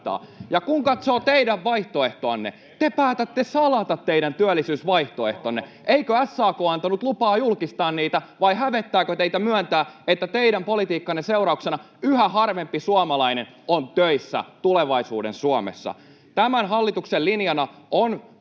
Ja kun katsoo teidän vaihtoehtoanne, te päätätte salata teidän työllisyysvaihtoehtonne. Eikö SAK antanut lupaa julkistaa niitä vai hävettääkö teitä myöntää, että teidän politiikkanne seurauksena yhä harvempi suomalainen on töissä tulevaisuuden Suomessa? Tämän hallituksen linjana on